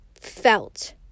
felt